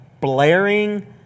blaring